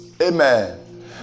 amen